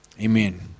Amen